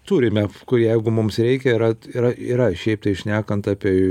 turime kur jeigu mums reikia yra yra yra šiaip tai šnekant apie